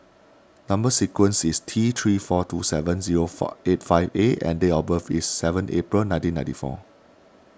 Number Sequence is T three four two seven zero far eight five A and date of birth is seven April nineteen ninety four